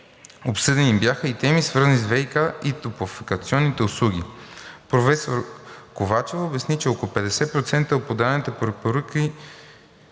Обсъдени бяха и темите, свързани с ВиК и топлофикационните услуги. Професор Ковачева поясни, че около 50% от дадените препоръки